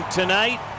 tonight